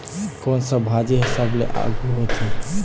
कोन सा भाजी हा सबले आघु होथे?